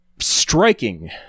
striking